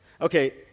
Okay